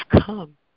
come